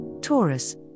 Taurus